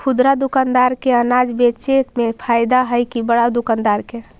खुदरा दुकानदार के अनाज बेचे में फायदा हैं कि बड़ा दुकानदार के?